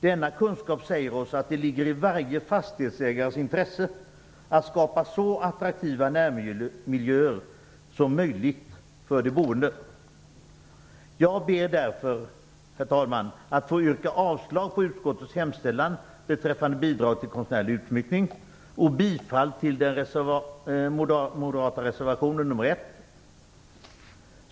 Denna kunskap säger oss att det ligger i varje fastighetsägares intresse att skapa så attraktiva närmiljöer som möjligt för de boende. Jag ber därför, herr talman, att få yrka avslag på utskottets hemställan beträffande bidrag till konstnärlig utsmyckning och bifall till den moderata reservationen nr 1.